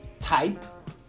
type